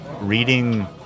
reading